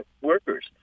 workers